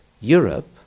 Europe